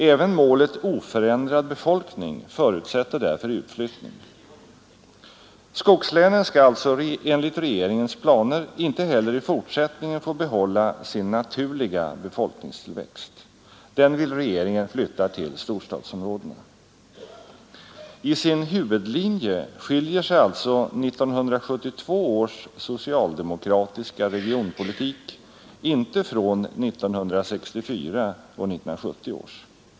Även målet oförändrad befolkning förutsätter därför utflytt ning. Skogslänen skall alltså enligt regeringens planer inte heller i fortsättningen få behålla sin naturliga befolkningstillväxt. Den vill regeringen flytta till storstadsområdena. I sin huvudlinje skiljer sig alltså 1972 års socialdemokratiska regionpolitik inte från 1964 och 1970 års.